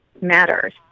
matters